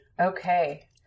Okay